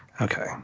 Okay